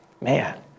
Man